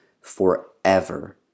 forever